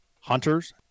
hunters